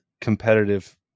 competitive